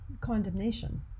condemnation